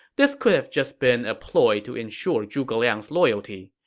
this could have just been a ploy to ensure zhuge liang's loyalty.